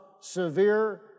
severe